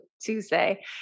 Tuesday